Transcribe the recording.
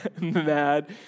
mad